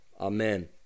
Amen